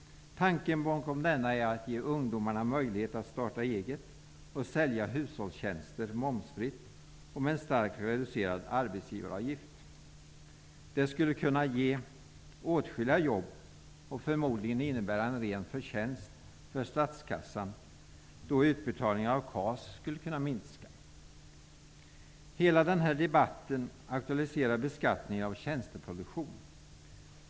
Tanken bakom denna var att ge ungdomar möjlighet att starta eget och sälja hushållstjänster momsfritt och med en starkt reducerad arbetsgivaravgift. Det skulle kunna ge åtskilliga jobb och förmodligen innebära en ren förtjänst för statskassan, då utbetalningar av KAS skulle kunna minska. Hela denna debatt aktualiserar beskattningen av tjänsteproduktion.